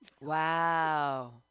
wow